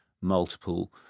multiple